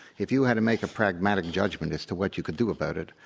if you had to make a pragmatic judgment as to what you could do about it,